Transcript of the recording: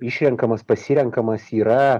išrenkamas pasirenkamas yra